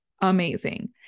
amazing